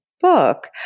book